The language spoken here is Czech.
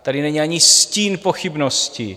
Tady není ani stín pochybností.